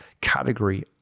category